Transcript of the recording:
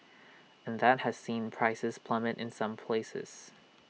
and that has seen prices plummet in some places